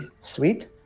sweet